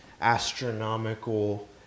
astronomical